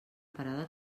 parada